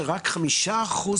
היום כ"ח בסיון התשפ"ב,